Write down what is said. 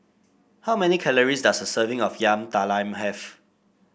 how many calories does a serving of Yam Talam have